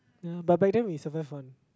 ya but back then we survive on